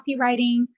copywriting